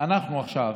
אנחנו עכשיו,